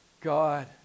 God